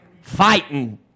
fighting